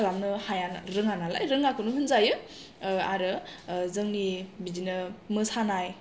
खालामनो हाया रोङा नालाय रोङाखौनो होनजायो आरो जोंनि बिदिनो मोसानाय